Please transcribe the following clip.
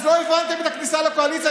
אז לא הבנתם את הכניסה לקואליציה,